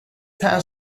that